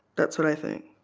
that's what i think